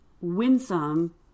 winsome